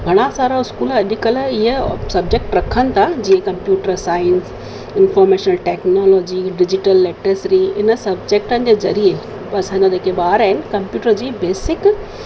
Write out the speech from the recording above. घणा सारा स्कूल अॼु कल्ह इहे सब्जेक्ट रखनि था जीअं computer science information technology digital literacy इन सब्जेक्टनि जे ज़रिए असांजा जेके ॿार आहिनि कंप्यूटर जी बेसिक